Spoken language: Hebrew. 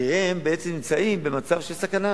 כי הם בעצם נמצאים במצב של סכנה.